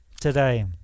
today